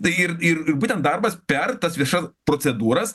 tai ir ir ir būtent darbas per tas viešas procedūras